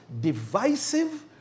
divisive